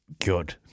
Good